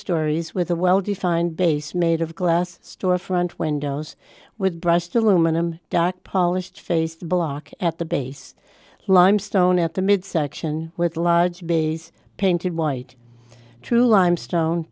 stories with a well defined base made of glass storefront windows with brushed aluminum dock polished faced block at the base limestone at the mid section with large bays painted white to limestone